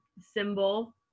symbol